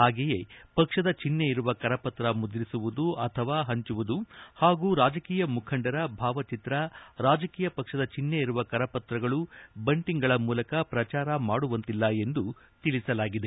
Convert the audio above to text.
ಹಾಗೆಯೇ ಪಕ್ಷದ ಚಿಹ್ನೆ ಇರುವ ಕರಪತ್ರ ಮುದ್ರಿಸುವುದು ಅಥವಾ ಹಂಚುವುದು ಹಾಗೂ ರಾಜಕೀಯ ಮುಖಂಡರ ಭಾವಚಿತ್ರ ರಾಜಕೀಯ ಪಕ್ಷದ ಚಿಷ್ನೆ ಇರುವ ಕರಪತ್ರಗಳು ಬಂಟಿಂಗ್ಗಳ ಮೂಲಕ ಪ್ರಚಾರ ಮಾಡುವಂತಿಲ್ಲ ಎಂದು ತಿಳಿಸಲಾಗಿದೆ